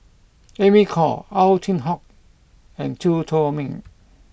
Amy Khor Ow Chin Hock and Chew Chor Meng